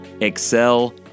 excel